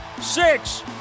six